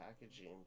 packaging